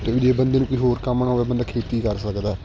ਜੇ ਬੰਦੇ ਨੂੰ ਕੋਈ ਹੋਰ ਕੰਮ ਨਾ ਹੋਵੇ ਬੰਦਾ ਖੇਤੀ ਕਰ ਸਕਦਾ